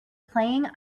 playing